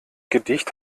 gedicht